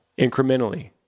incrementally